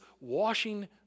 washing